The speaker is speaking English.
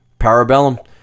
Parabellum